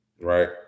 Right